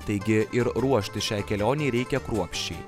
taigi ir ruoštis šiai kelionei reikia kruopščiai